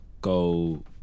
go